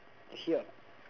here